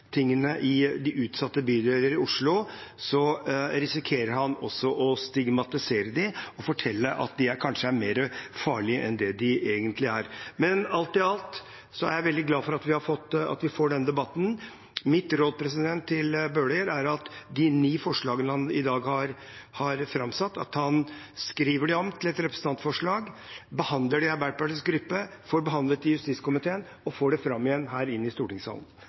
i utsatte bydeler i Oslo risikerer han også å stigmatisere dem og fortelle at de kanskje er mer farlige enn det de egentlig er. Men alt i alt er jeg veldig glad for at vi får denne debatten. Mitt råd til Bøhler er at han skriver de ni forslagene han i dag har framsatt, om til et representantforslag, behandler det i Arbeiderpartiets gruppe, får det behandlet i justiskomiteen, og får lagt det fram igjen i stortingssalen.